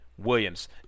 Williams